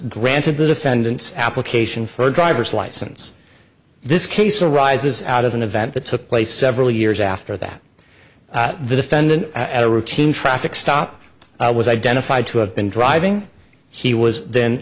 granted the defendant's application for a driver's license this case arises out of an event that took place several years after that the defendant at a routine traffic stop was identified to have been driving he was then